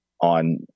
on